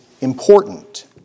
important